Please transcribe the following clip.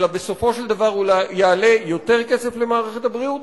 אלא בסופו של דבר הוא יעלה יותר כסף למערכת הבריאות.